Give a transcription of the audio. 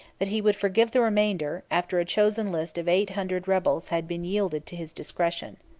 that he would forgive the remainder, after a chosen list of eight hundred rebels had been yielded to his discretion.